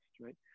right